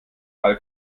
alle